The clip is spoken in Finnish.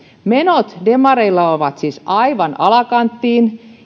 menot demareilla ovat siis aivan alakanttiin